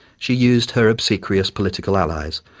she used her obsequious political allies,